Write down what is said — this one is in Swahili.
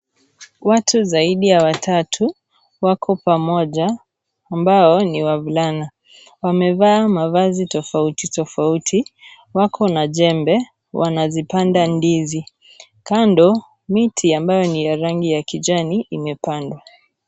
Watu zaidi ya watatu, wako pamoja, ambao, ni wavulana, wamevaa mavazi tofauti tofauti, wako na jembe, wanazipanda ndizi, kando, miti ambayo ni ya rangi ya kijani, imepandwa.